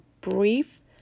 brief